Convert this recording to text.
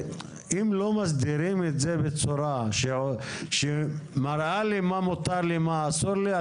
אם לא מסדירים את זה בצורה שמראה לי מה מותר לי ומה אסור לי,